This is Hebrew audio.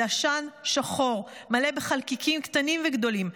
זה עשן שחור מלא בחלקיקים קטנים וגדולים,